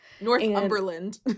Northumberland